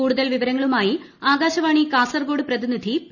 കൂടുതൽ വിവരങ്ങളുമായി ആകാശവാണി കാസർകോട് പ്രതിനിധി പി